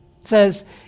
says